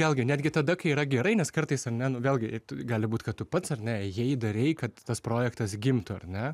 vėlgi netgi tada kai yra gerai nes kartais ar ne nu vėlgi gali būt kad tu pats ar ne ėjai darei kad tas projektas gimtų ar ne